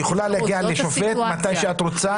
את יכולה להגיע לשופט מתי שאת רוצה.